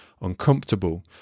uncomfortable